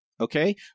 Okay